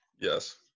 Yes